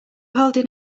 holding